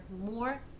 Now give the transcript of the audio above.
more